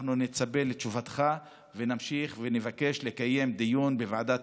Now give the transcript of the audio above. אנחנו נצפה לתשובתך ונמשיך ונבקש לקיים דיון בוועדת